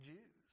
Jews